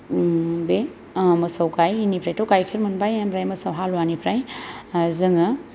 बे मोसौ गाइनिफ्रायथ' गाइखेर मोनबाय ओमफ्राय मोसौ हालुवानिफ्राय जोङो